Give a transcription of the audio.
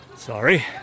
Sorry